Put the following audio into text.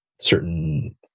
certain